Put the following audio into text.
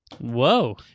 Whoa